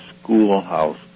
schoolhouse